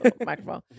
microphone